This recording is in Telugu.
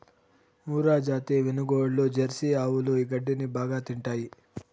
మూర్రాజాతి వినుగోడ్లు, జెర్సీ ఆవులు ఈ గడ్డిని బాగా తింటాయి